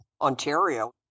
Ontario